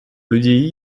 l’udi